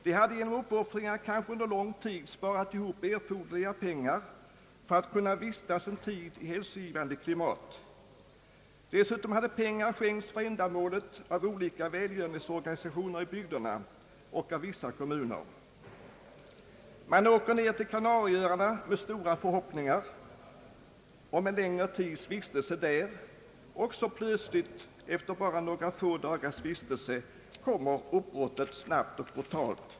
De hade genom uppoffringar, kanske under lång tid, sparat ihop erforderliga pengar för att kunna vistas en tid i hälsobringande klimat. Dessutom hade pengar skänkts för ändamålet av olika välgörenhetsorganisationer i bygderna och av vissa kommuner. Dessa resenärer åkte till Kanarieöarna med stora förhoppningar om en längre tids vistelse där, och så helt plötsligt efter bara några dagars vistelse kom uppbrottet snabbt och brutalt.